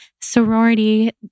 sorority